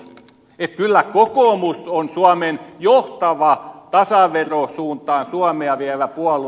että kyllä kokoomus on suomen johtava tasaverosuuntaan suomea vievä puolue